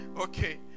Okay